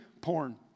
porn